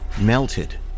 melted